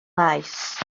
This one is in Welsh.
maes